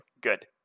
good